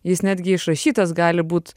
jis netgi išrašytas gali būt